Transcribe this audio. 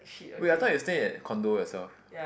wait I thought you stay at condo yourself